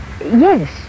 Yes